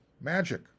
magic